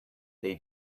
they